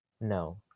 No